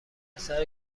پسر